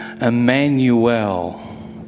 Emmanuel